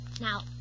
Now